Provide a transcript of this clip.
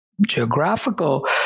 Geographical